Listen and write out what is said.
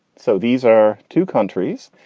so these are two countries.